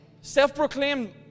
self-proclaimed